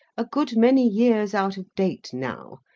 a good many years out of date now,